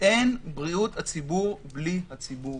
שאין בריאות הציבור בלי הציבור.